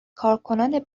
کارکنان